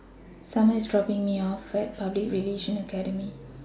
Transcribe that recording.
Summer IS dropping Me off At Public Relations Academy